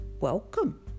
welcome